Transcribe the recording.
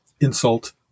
insult